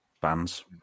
bands